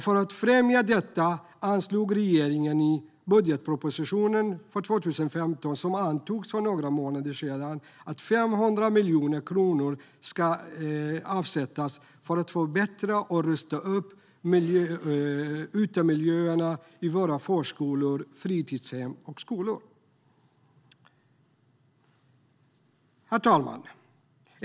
För att främja detta anslog regeringen i budgetpropositionen, som antogs för några månader sedan, 500 miljoner kronor för att förbättra och rusta upp utemiljöerna på våra förskolor, fritidshem och skolor. Herr talman!